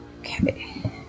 Okay